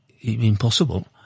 impossible